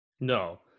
No